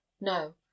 no